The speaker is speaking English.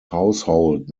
household